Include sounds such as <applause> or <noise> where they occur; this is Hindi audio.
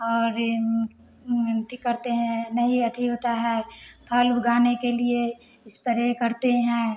और <unintelligible> करते हैं नहीं अथि होता है फल उगाने के लिए इस्प्रे करते हैं